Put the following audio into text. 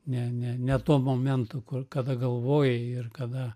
ne ne ne tuo momentu kur kada galvojai ir kada